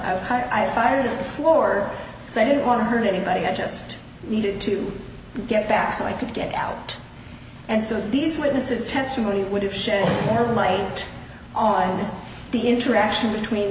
i fired at the floor so i didn't want to hurt anybody i just needed to get back so i could get out and some of these witnesses testimony would have shed more light on the interaction between